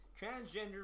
transgender